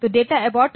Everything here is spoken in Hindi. तो डेटा एबॉर्ट